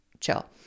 chill